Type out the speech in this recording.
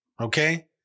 Okay